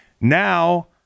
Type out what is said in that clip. Now